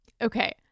Okay